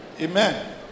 Amen